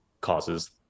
causes